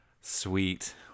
Sweet